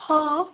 ହଁ